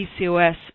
PCOS